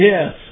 Yes